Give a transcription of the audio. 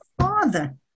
Father